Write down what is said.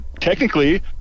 Technically